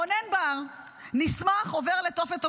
רונן בר נסמך, עובר לתופת אוקטובר,